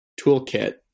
toolkit